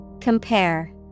Compare